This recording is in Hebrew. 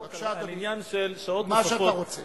בבקשה, אדוני.